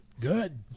Good